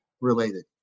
related